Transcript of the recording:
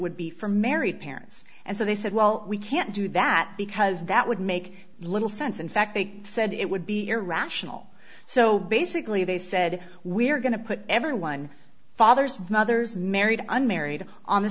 would be for married parents and so they said well we can't do that because that would make little sense in fact they said it would be irrational so basically they said we're going to put everyone fathers mothers married unmarried on the